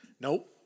Nope